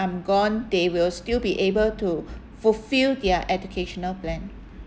I'm gone they will still be able to fulfil their educational plan